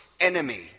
enemy